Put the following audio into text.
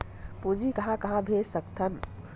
पूंजी कहां कहा भेज सकथन?